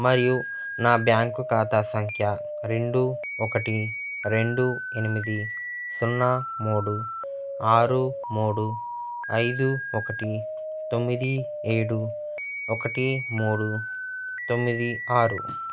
మరియు నా బ్యాంకు ఖాతా సంఖ్య రెండు ఒకటి రెండు ఎనిమిది సున్నా మూడు ఆరు మూడు ఐదు ఒకటి తొమ్మిది ఏడు ఒకటి మూడు తొమ్మిది ఆరు